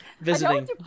visiting